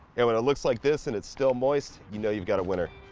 and when it looks like this and it's still moist you know you've got a winner